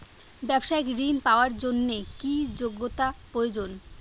ব্যবসায়িক ঋণ পাওয়ার জন্যে কি যোগ্যতা প্রয়োজন?